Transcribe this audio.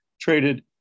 traded